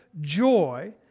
Joy